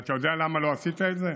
אתה יודע למה לא עשית את זה?